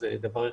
זה דבר אחד.